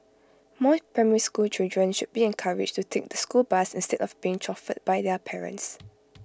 more primary school children should be encouraged to take the school bus instead of being chauffeured by their parents